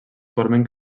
formen